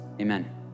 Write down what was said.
amen